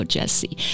Jesse